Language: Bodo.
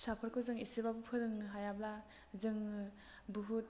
फिसाफोरखौ जों एसेबाबो फोरोंनो हायाब्ला जोङो बहुद